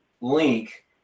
link